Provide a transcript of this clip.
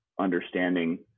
understanding